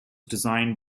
designed